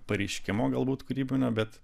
pareiškimo galbūt kūrybinio bet